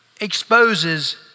exposes